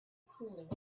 cooling